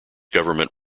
government